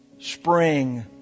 Spring